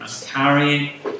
carrying